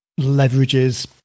leverages